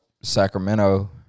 Sacramento